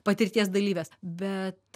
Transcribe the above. patirties dalyvės bet